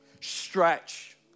Stretch